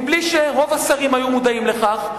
בלי שרוב השרים היו מודעים לכך,